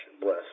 bless